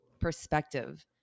perspective